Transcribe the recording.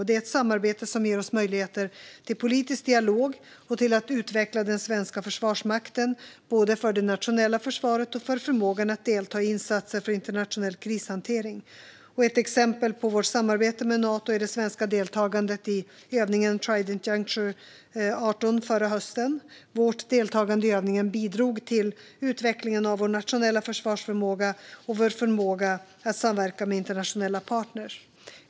Det är ett samarbete som ger oss möjligheter till politisk dialog och till att utveckla den svenska försvarsmakten, både för det nationella försvaret och för förmågan att delta i insatser för internationell krishantering. Ett exempel på vårt samarbete med Nato är det svenska deltagandet i övningen Trident Juncture 2018 förra hösten. Vårt deltagande i övningen bidrog till utvecklingen av vår nationella försvarsförmåga och vår förmåga att samverka med internationella partner.